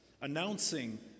announcing